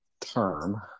term